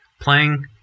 playing